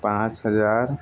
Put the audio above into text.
पाँच हजार